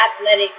athletic